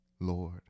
Lord